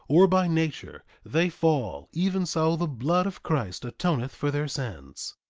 or by nature, they fall, even so the blood of christ atoneth for their sins.